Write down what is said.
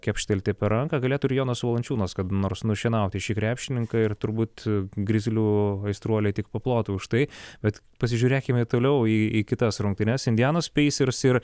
kepštelti per ranką galėtų ir jonas valančiūnas kada nors nušienauti šį krepšininką ir turbūt grizlių aistruoliai tik paplotų už tai bet pasižiūrėkime toliau į į kitas rungtynes indianos peisers ir